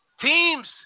Teams